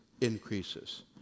increases